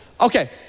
Okay